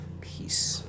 Peace